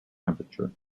temperature